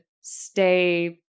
stay